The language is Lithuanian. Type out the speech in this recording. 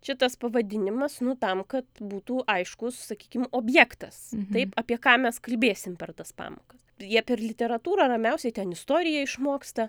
šitas pavadinimas nu tam kad būtų aiškus sakykim objektas taip apie ką mes kalbėsim per tas pamokas jie per literatūrą ramiausiai ten istoriją išmoksta